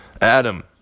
Adam